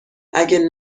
اگه